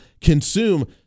consume